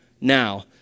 now